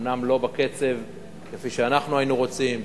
אומנם לא בקצב שאנחנו היינו רוצים,